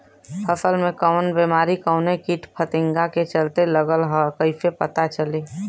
फसल में कवन बेमारी कवने कीट फतिंगा के चलते लगल ह कइसे पता चली?